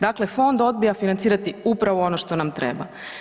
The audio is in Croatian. Dakle, fond odbija financirati upravo ono što nam treba.